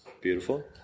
Beautiful